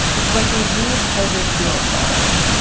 it's what they use as they're fuel source.